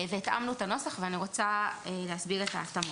והתאמנו את הנוסח ואני רוצה להסביר את ההתאמות: